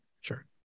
sure